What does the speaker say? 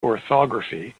orthography